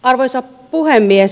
arvoisa puhemies